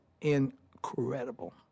incredible